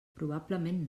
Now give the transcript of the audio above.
probablement